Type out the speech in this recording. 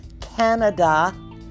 Canada